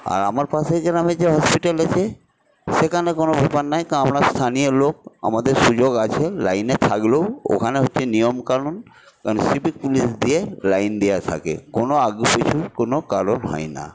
আর আমার পাশের গ্রামেতে যেই হসপিটাল হয়েছে সেখানে কোনো ব্যাপার নাই কারণ আমরা স্থানীয় লোক আমাদের সুযোগ আছে লাইনে থাকলেও ওখানে হচ্ছে নিয়ম কানুন কারণ সিভিক পুলিশ দিয়ে লাইন দেওয়া থাকে কোনো আগুপিছুর কোনো কারণ হয় না